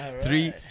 three